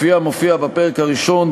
כפי שמופיע בפרק הראשון,